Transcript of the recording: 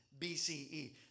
BCE